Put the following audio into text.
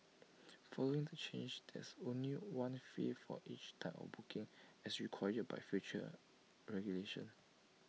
following the changes there is only one fee for each type of booking as required by future regulations